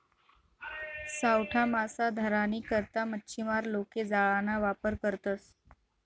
सावठा मासा धरानी करता मच्छीमार लोके जाळाना वापर करतसं